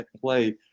play